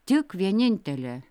tik vienintelė